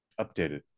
updated